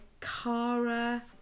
Kara